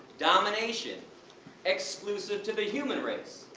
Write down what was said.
domination exclusive to the human race?